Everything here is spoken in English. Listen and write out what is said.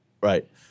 Right